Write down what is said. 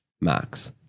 max